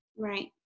Right